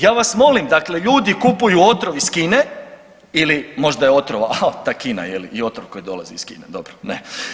Ja vas molim, dakle ljudi kupuju otrov iz Kine, ili, možda je otrov, ta Kina, je li i otrov koji dolazi iz Kine, dobro, ne.